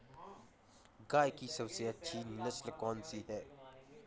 गाय की सबसे अच्छी नस्ल कौनसी है?